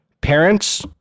Parents